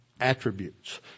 attributes